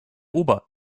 ober